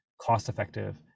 cost-effective